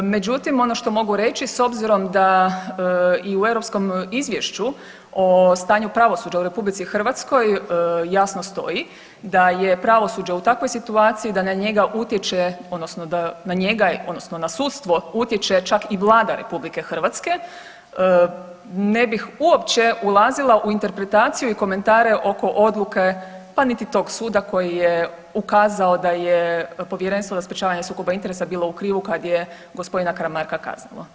Međutim, ono što mogu reći s obzirom da i u europskom izvješću o stanju pravosuđa u RH jasno stoji da je pravosuđe u takvoj situaciji da na njega utječe odnosno da na njega odnosno na sudstvo utječe čak i Vlada RH ne bih uopće ulazila u interpretaciju i komentare oko odluke pa niti tog suda koji je ukazao da je Povjerenstvo za sprječavanje sukoba interesa bilo u krivu kad je gospodina Karamarka kaznilo.